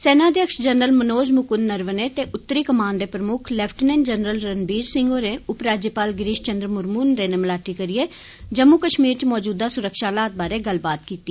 सेना अध्यक्ष जनरल मनोज म्क्ंद नरवणे ते उत्तरी कमान दे प्रम्क्ख लेफ्टिनेंट जनरल रणबीर सिंह होरें उपराज्यपाल गिरीश चंद्र मुर्मु हूंदे'नै मलाटी करियै जम्मू कश्मीर च मौजूदा सुरक्षा हालात बारै गल्लबात कीती